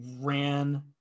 ran